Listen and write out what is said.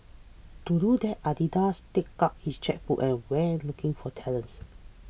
to do that Adidas took out its chequebook and went looking for talents